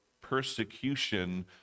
persecution